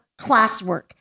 classwork